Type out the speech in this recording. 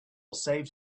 saved